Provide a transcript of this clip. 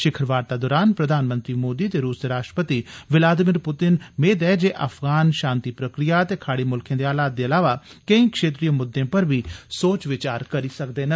शिखर वार्ता दरान प्रधानमंत्री मोदी ते रूस दे राश्ट्रपति विलादिनीर पुतिन मेद ऐ जे अफगान शांति प्रक्रिया ते खाड़ी मुल्खें दे हालात दे इलावा केई क्षेत्रीय मुद्दें पर बी सोच बचार करी सकगंन